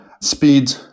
Speed